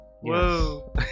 Whoa